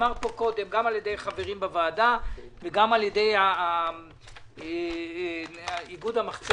שנאמר כאן קודם גם על ידי חברים בוועדה וגם על ידי איגוד המחצבות.